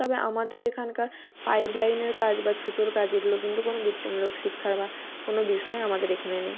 তবে আমাদের এখানকার পাইপলাইনের কাজ বা ছুতোর কাজ এগুলো কিন্তু কোনো বৃত্তিমূলক শিক্ষার বা কোনো বিষয় আমাদের এখানে নেই